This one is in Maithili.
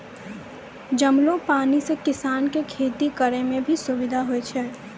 जमलो पानी से किसान के खेती करै मे भी सुबिधा होय छै